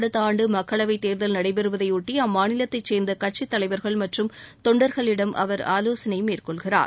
அடுத்த ஆண்டு மக்களவை தேர்தல் நடைபெறுவதையொட்டி அம்மாநிலத்தைச் சேர்ந்த கட்சித் தலைவர்கள் மற்றும் தொண்டர்களிடம் அவர் ஆலோசனை மேற்கொள்கிறார்